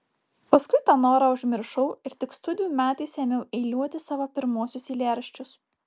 paskui tą norą užmiršau ir tik studijų metais ėmiau eiliuoti savo pirmuosius eilėraščius